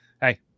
hey